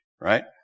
Right